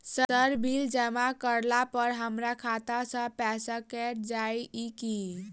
Sir bill जमा करला पर हमरा खाता सऽ पैसा कैट जाइत ई की?